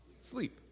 Sleep